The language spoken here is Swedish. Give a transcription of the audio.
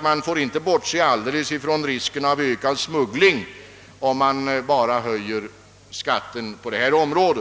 Man får inte heller alldeles bortse från risken för ökad smuggling, om skatten på detta område